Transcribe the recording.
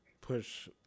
push